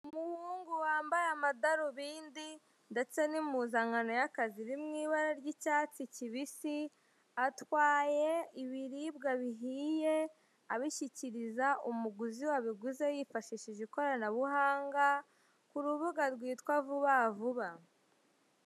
Umuhungu wambaye amadarubindi ndetse n'impuzankano y'akazi iri mu ibara y'icyatsi kibisi atwaye ibiribwa bihiye abishyikiriza umuguzi wabiguze yifashishije ikoranabuhanga k'urubuga rwitwa vuba vuba.